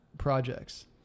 Projects